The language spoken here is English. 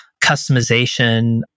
customization